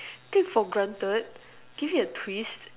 take for guaranteed give it a twist